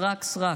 סרק, סרק,